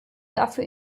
dafür